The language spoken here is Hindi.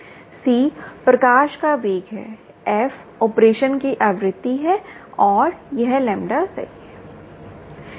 c प्रकाश का वेग है f ऑपरेशन की आवृत्ति है और यह लैम्ब्डा सही है